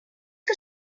que